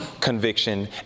conviction